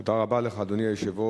תודה רבה לך, אדוני היושב-ראש.